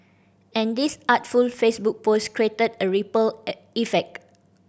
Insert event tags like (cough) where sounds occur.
and this artful Facebook post created a ripple (unintelligible) effect